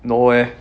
no eh